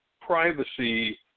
privacy